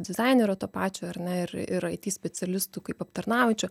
dizainerio to pačio ar ne ir ir ai ty specialistų kaip aptarnaujančio